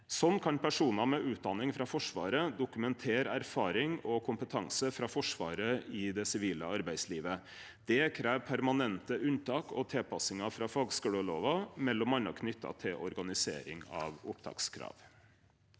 Slik kan personar med utdanning frå Forsvaret dokumentere erfaring og kompetanse frå Forsvaret i det sivile arbeidslivet. Det krev permanente unntak og tilpassingar frå fagskulelova, m.a. knytt til organisering og opptakskrav.